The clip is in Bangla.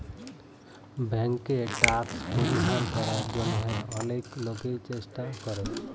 ব্যাংকে ট্যাক্স পরিহার করার জন্যহে অলেক লোকই চেষ্টা করে